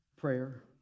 prayer